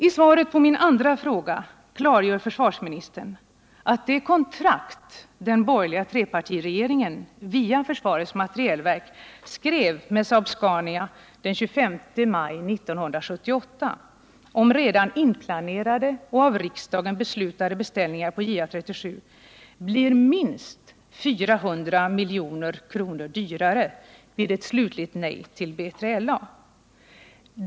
I svaret på min andra fråga klargör försvarsministern att det kontrakt som den borgerliga trepartiregeringen via försvarets materielverk skrev med Saab Scania den 25 maj 1978 om redan inplanerade och av riksdagen beslutade beställningar på JA 37 blir minst 400 milj.kr. dyrare vid ett slutligt nej till B3LA.